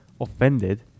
offended